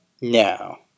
No